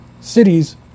cities